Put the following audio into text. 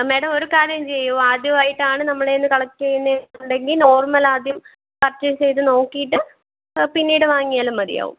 ആ മേഡം ഒരു കാര്യം ചെയ്യൂ അദ്യമായിട്ടാണ് നമ്മുടെ കയ്യിൽനിന്ന് കളക്ട് ചെയ്യുന്നത് ഉണ്ടെങ്കിൽ നോർമൽ ആദ്യം പർച്ചേസ് ചെയ്ത് നോക്കിയിട്ട് പിന്നീട് വാങ്ങിയാലും മതിയാവും